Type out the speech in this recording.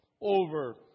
over